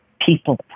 people